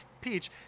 Peach